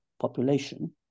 population